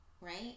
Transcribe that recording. right